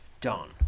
done